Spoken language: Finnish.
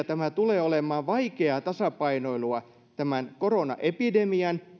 tämä tulee olemaan vaikeaa tasapainoilua koronaepidemian